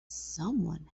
someone